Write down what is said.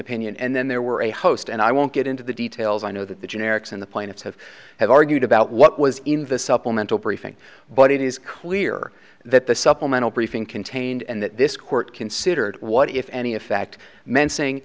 opinion and then there were a host and i won't get into the details i know that the generics and the plaintiffs have have argued about what was in the supplemental briefing but it is clear that the supplemental briefing contained and that this court considered what if any effect mensing